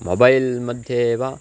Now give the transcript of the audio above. mobile मध्ये एव